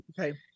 okay